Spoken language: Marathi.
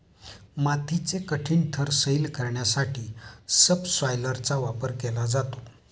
मातीचे कठीण थर सैल करण्यासाठी सबसॉयलरचा वापर केला जातो